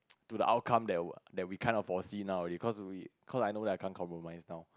to the outcome that we that we kind of foresee now already cause we cause I know that I can't compromise now